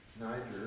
Niger